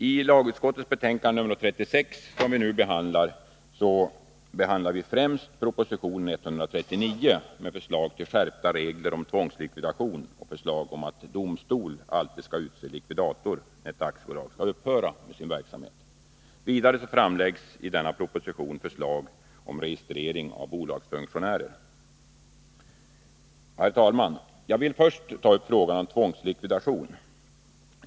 I lagutskottets betänkande 36, som vi nu diskuterar, behandlar vi främst proposition 139 med förslag till skärpta regler om tvångslikvidation och förslag om att domstol alltid skall utse likvidator när ett aktiebolag skall upphöra med sin verksamhet. Vidare framläggs i denna proposition förslag om registrering av bolagsfunktionärer. Herr talman! Jag vill först ta upp frågan om tvångslikvidation.